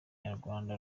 nyarwanda